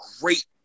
great